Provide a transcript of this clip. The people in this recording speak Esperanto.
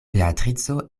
beatrico